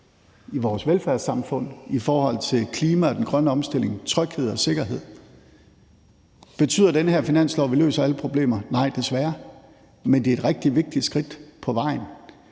i vores velfærdssamfund, i forhold til klima og den grønne omstilling, i forhold til tryghed og sikkerhed. Betyder den her finanslov, at vi løser alle problemer? Nej, desværre ikke, men den er et rigtig vigtigt skridt på vejen.